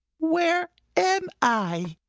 where am i?